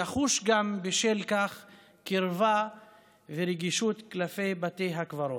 יחוש גם בשל כך קרבה ורגישות כלפי בתי הקברות.